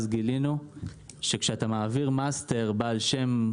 אז גילינו שכשאתה מעביר מאסטר בעל שם,